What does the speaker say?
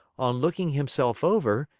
on looking himself over,